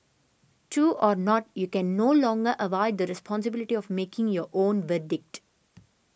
true or not you can no longer avoid the responsibility of making your own verdict